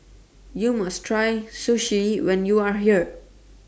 YOU must Try Sushi when YOU Are here